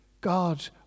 God